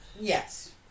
Yes